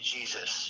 Jesus